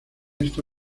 esta